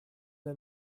der